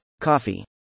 Coffee